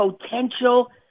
potential